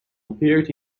appeared